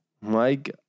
Mike